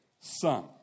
son